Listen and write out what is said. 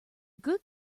good